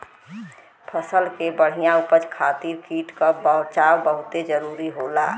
फसल के बढ़िया उपज खातिर कीट क बचाव बहुते जरूरी होला